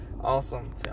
awesome